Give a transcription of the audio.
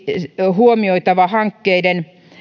huomioitava hankkeiden